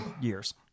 years